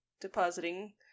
depositing